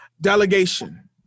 delegation